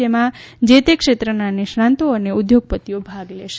જેમાં જે તે ક્ષેત્રના નિષ્ણાંતો અને ઉદ્યોગપતિઓ ભાગ લેશે